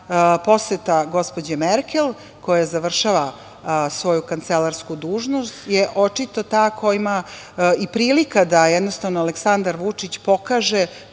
poseta gospođe Merkel, koja završava svoju kancelarsku dužnost je očito i prilika da jednostavno Aleksandar Vučić pokaže